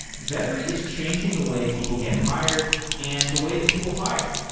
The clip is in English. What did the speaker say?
vettery is changing the way people get hired and the way that people hire.